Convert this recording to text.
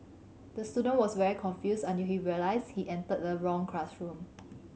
the student was very confused until he realised he entered the wrong classroom